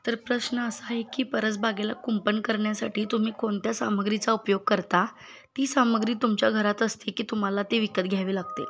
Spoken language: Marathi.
तर प्रश्न असा आहे की परसबागेला कुंपण करण्यासाठी तुम्ही कोणत्या सामग्रीचा उपयोग करता ती सामग्री तुमच्या घरात असते की तुम्हाला ते विकत घ्यावी लागते